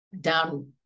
down